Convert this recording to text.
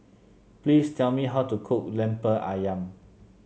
please tell me how to cook lemper ayam